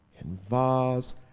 involves